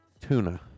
tuna